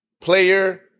player